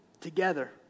together